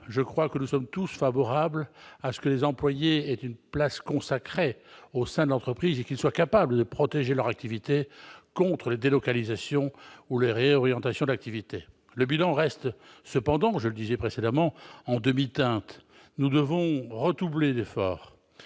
Je crois que nous sommes tous favorables à ce que les employés aient une place consacrée au sein de l'entreprise et qu'ils soient capables de protéger leur activité contre les délocalisations ou les réorientations d'activité. Le bilan reste cependant en demi-teinte, comme je le disais précédemment. Aussi, nous devons redoubler d'efforts.